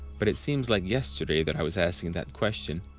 but it seems like yesterday that i was asking that question.